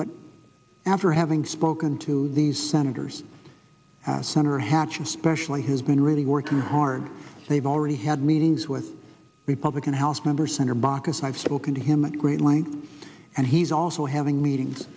but after having spoken to these senators senator hatch especially has been really working hard they've already had meetings with republican house member senator baucus i've spoken to him at great length and he's also having meetings